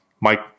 mike